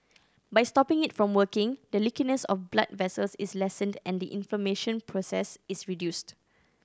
by stopping it from working the leakiness of blood vessels is lessened and the inflammation process is reduced